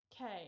Okay